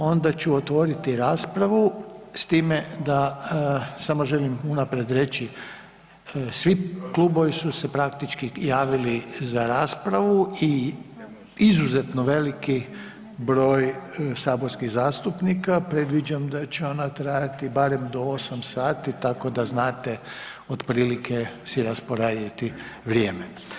Onda ću otvoriti raspravu s time da samo želim unaprijed reći, svi klubovi su se praktički javili za raspravu i izuzetno veliki broj saborskih zastupnika, predviđam da će ona trajati barem do 8 sati, tako da znate otprilike si rasporediti vrijeme.